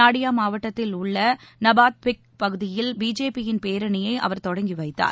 நாடியா மாவட்டத்தில் உள்ள நபாத்விப் பகுதியில் பிஜேபியிள் பேரணியை அவர் தொடங்கி வைத்தார்